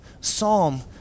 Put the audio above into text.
psalm